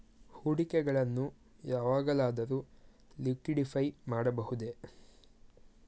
ಹೂಡಿಕೆಗಳನ್ನು ಯಾವಾಗಲಾದರೂ ಲಿಕ್ವಿಡಿಫೈ ಮಾಡಬಹುದೇ?